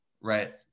right